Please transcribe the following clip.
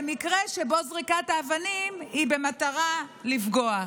במקרה שבו זריקת האבנים היא במטרה לפגוע.